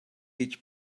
each